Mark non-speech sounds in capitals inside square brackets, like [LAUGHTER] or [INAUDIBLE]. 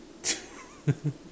[LAUGHS]